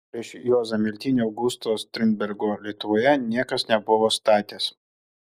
prieš juozą miltinį augusto strindbergo lietuvoje niekas nebuvo statęs